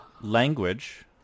Language